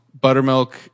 Buttermilk